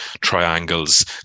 triangles